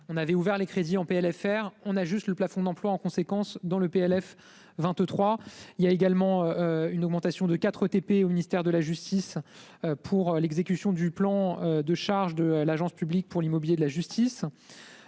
on avait ouvert les crédits en PLFR on a juste le plafond d'emplois en conséquence dans le PLF 23 il y a également une augmentation de 4 TP au ministère de la justice pour l'exécution du plan de charge de l'agence publique pour l'immobilier de la justice.